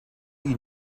you